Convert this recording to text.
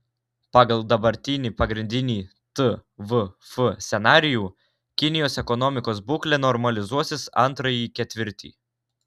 pagal dabartinį pagrindinį tvf scenarijų kinijos ekonomikos būklė normalizuosis antrąjį ketvirtį